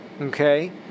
okay